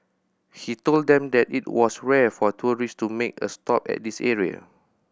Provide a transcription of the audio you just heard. he told them that it was rare for tourist to make a stop at this area